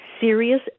serious